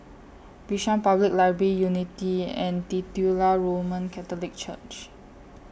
Bishan Public Library Unity and Titular Roman Catholic Church